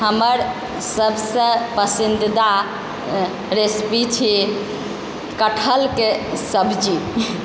हमर सबसँ पसन्दीदा रेसिपी छी कटहलके सब्जी